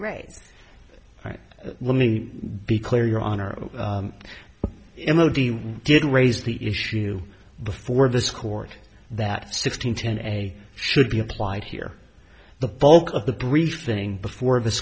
right let me be clear your honor him of the we didn't raise the issue before this court that sixteen ten a should be applied here the bulk of the briefing before the